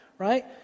right